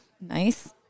Nice